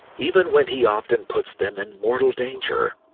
even when he often puts them in mortal danger,